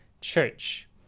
church